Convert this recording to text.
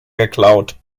geklaut